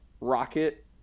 Rocket